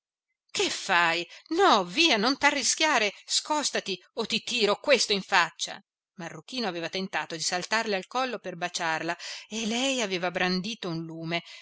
che fai no via non t'arrischiare scostati o ti tiro questo in faccia marruchino aveva tentato di saltarle al collo per baciarla e lei avea brandito un lume